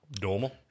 normal